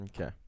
Okay